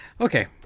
Okay